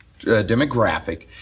demographic